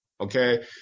Okay